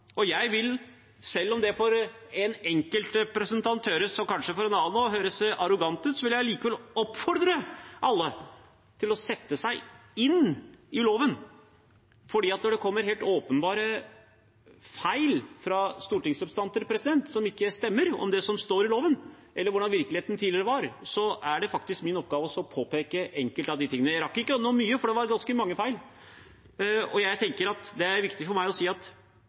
Og jeg vil, selv om det for én enkelt representant og kanskje også en annen høres arrogant ut, likevel oppfordre alle til å sette seg inn i loven. For når det kommer helt åpenbare feil fra stortingsrepresentanter, ting som ikke stemmer, om det som står i loven, eller om hvordan virkeligheten tidligere var, da er det faktisk min oppgave å påpeke enkelte av de tingene. Jeg rakk ikke gjennom mye, for det var ganske mange feil. Det er viktig for meg å si at det er viktig at man setter seg inn i lovens formål, for